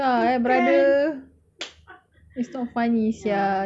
ha engkau tak kelakar eh brother